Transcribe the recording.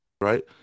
right